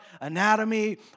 anatomy